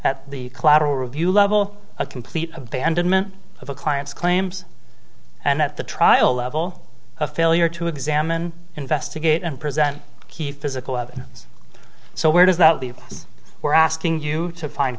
at the collateral review level a complete abandonment of a client's claims and at the trial level a failure to examine investigate and present key physical evidence so where does that leave us we're asking you to find